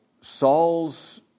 Saul's